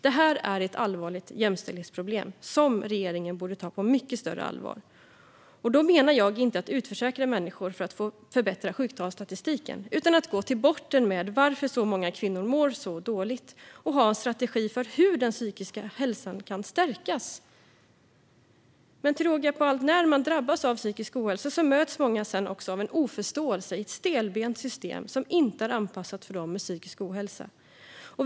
Det är ett allvarligt jämställdhetsproblem som regeringen borde ta på mycket större allvar. Då menar jag inte att utförsäkra människor för att förbättra sjuktalsstatistiken utan att gå till botten med varför så många kvinnor mår så dåligt och ha en strategi för att stärka den psykiska hälsan. Till råga på allt möts många som drabbas av psykisk ohälsa också av oförståelse i ett stelbent system som inte är anpassat för dem med psykisk ohälsa.